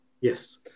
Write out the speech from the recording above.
Yes